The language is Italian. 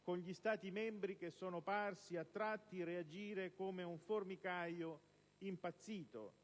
con gli Stati membri che sono parsi, a tratti, reagire come un formicaio impazzito